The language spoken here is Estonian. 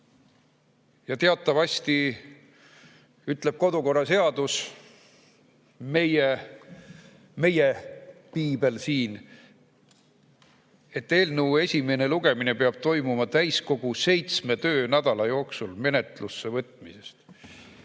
Teatavasti ütleb kodukorraseadus, meie piibel siin, et eelnõu esimene lugemine peab toimuma täiskogu seitsme töönädala jooksul menetlusse võtmisest.